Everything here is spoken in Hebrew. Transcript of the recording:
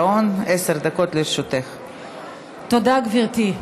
התשע"ה 2015, של חברות הכנסת מרב מיכאלי,